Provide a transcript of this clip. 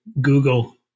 Google